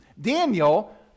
Daniel